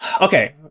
okay